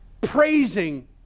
praising